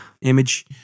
image